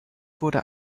wurde